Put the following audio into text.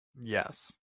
yes